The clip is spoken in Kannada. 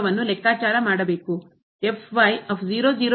ಅನ್ನು ಲೆಕ್ಕಾಚಾರ ಮಾಡಬೇಕು ಏನು